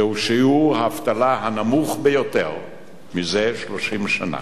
זה שיעור האבטלה הנמוך ביותר מזה 30 שנה.